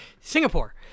Singapore